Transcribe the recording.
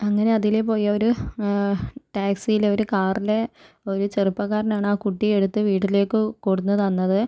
അങ്ങനെ അതിലേ പോയൊരു ടാക്സിലെ ഒരു കാറിലെ ഒരു ചെറുപ്പക്കാരനാണ് ആ കുട്ടിയെ എടുത്തു വീട്ടിലേക്ക് കൊണ്ടുവന്നു തന്നത്